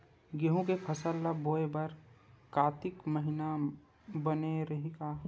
गेहूं के फसल ल बोय बर कातिक महिना बने रहि का?